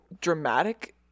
dramatic